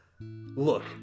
look